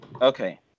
Okay